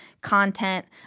content